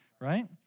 Right